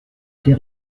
des